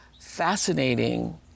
fascinating